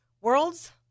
world's